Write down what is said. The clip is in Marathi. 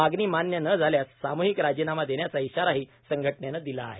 मागणी मान्य न झाल्यास सामूहिक राजीनामा देण्याचा इशाराही संघटनेनं दिला आहे